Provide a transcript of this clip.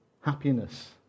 happiness